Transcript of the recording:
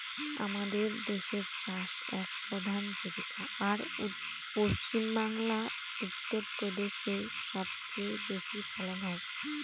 আমাদের দেশের চাষ এক প্রধান জীবিকা, আর পশ্চিমবাংলা, উত্তর প্রদেশে সব চেয়ে বেশি ফলন হয়